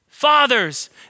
Fathers